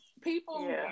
People